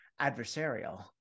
adversarial